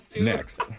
next